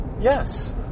Yes